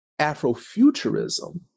Afrofuturism